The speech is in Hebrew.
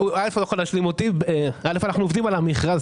אנחנו עובדים על המכרז.